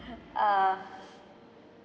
uh